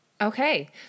Okay